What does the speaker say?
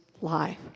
life